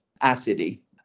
acidity